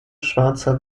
schwarzer